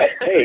Hey